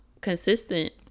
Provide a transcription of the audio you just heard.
consistent